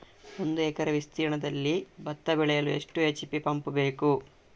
ಒಂದುಎಕರೆ ವಿಸ್ತೀರ್ಣದಲ್ಲಿ ಭತ್ತ ಬೆಳೆಯಲು ಎಷ್ಟು ಎಚ್.ಪಿ ಪಂಪ್ ಬೇಕು?